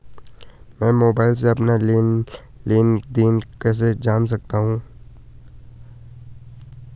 मैं मोबाइल से अपना लेन लेन देन कैसे जान सकता हूँ?